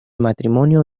matrimonio